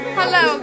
hello